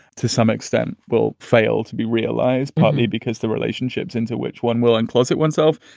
to some extent will fail to be realized, partly because the relationships into which one will enclose it oneself,